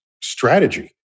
strategy